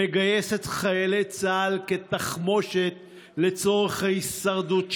מגייס את חיילי צה"ל כתחמושת לצורך ההישרדות שלו.